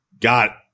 got